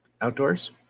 Outdoors